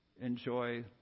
enjoy